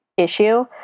issue